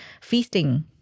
feasting